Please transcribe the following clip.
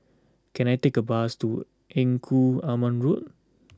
can I take a bus to Engku Aman Road